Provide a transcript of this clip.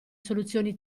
soluzioni